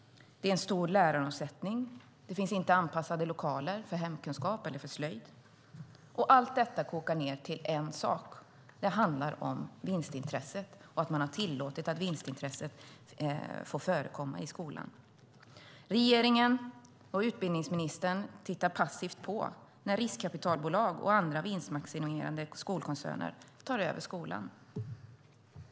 Det är en stor läraromsättning. Det finns inte anpassade lokaler för hemkunskap och slöjd. Allt detta kokar ned till en sak: Det handlar om vinstintresse, att man har tillåtit att vinstintressen får förekomma i skolan. Regeringen och utbildningsministern tittar passivt på när riskkapitalbolag och andra vinstmaximerande koncerner tar över skolan.